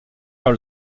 vers